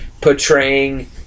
portraying